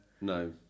no